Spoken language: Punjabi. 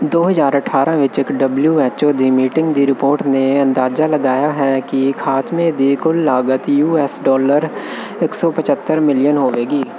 ਦੋ ਹਜ਼ਾਰ ਅਠਾਰ੍ਹਾਂ ਵਿੱਚ ਇੱਕ ਡਬਲਿਊਐੱਚਓ ਦੀ ਮੀਟਿੰਗ ਦੀ ਰਿਪੋਰਟ ਨੇ ਅੰਦਾਜ਼ਾ ਲਗਾਇਆ ਹੈ ਕਿ ਖ਼ਾਤਮੇ ਦੀ ਕੁੱਲ ਲਾਗਤ ਯੂ ਐੱਸ ਡਾਲਰ ਇੱਕ ਸੌ ਪੰਝੱਤਰ ਮਿਲੀਅਨ ਹੋਵੇਗੀ